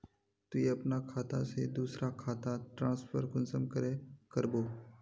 तुई अपना खाता से दूसरा खातात ट्रांसफर कुंसम करे करबो?